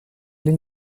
den